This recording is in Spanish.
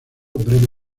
breve